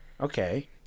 Okay